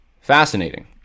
fascinating